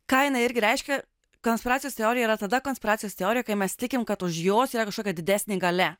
ką jinai irgi reiškia konspiracijos teorija yra tada konspiracijos teorija kai mes tikim kad už jos yra kažkokia didesnė galia